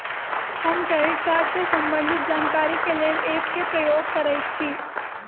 हम credit card से संबंधित जानकारी के लेल एप के प्रयोग करइछि